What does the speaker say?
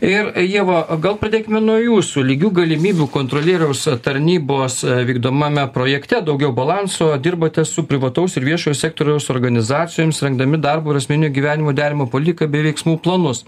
ir ieva gal pradėkime nuo jūsų lygių galimybių kontrolieriaus tarnybos vykdomame projekte daugiau balanso dirbate su privataus ir viešojo sektoriaus organizacijomis rengdami darbo ir asmeninio gyvenimo derinimo politiką bei veiksmų planus